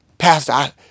Pastor